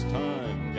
time